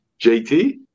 JT